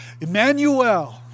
Emmanuel